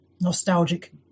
nostalgic